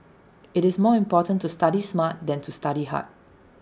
IT is more important to study smart than to study hard